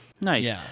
nice